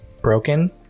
broken